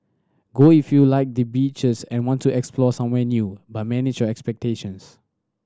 go if you like the beaches and want to explore somewhere new but manage your expectations